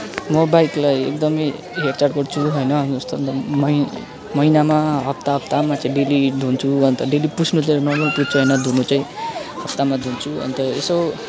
म बाइकलाई एकदमै हेरचाह गर्छु होइन जस्तो म मै महिनामा हप्ता हप्तामा चाहिँ डेली धुन्छु अन्त डेली पुस्नु चाहिँ नर्मल पुस्छु होइन अन्त धुनु चाहिँ हप्तामा धुन्छु अन्त यसो